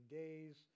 days